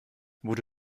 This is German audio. wurde